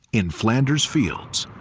in flanders fields,